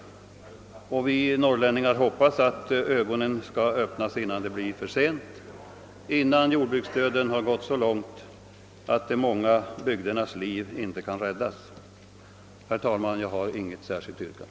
Vi norrlänningar hoppas att ögonen skall öppnas härför innan det är för sent — innan jordbruksdöden gått så långt att de många bygdernas liv inte kan räddas. Herr talman! Jag har inget särskilt yrkande.